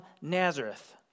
Nazareth